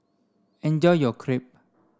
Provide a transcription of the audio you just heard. enjoy your Crepe